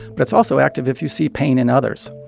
but it's also active if you see pain in others.